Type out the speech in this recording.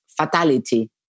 fatality